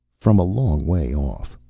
from a long way off.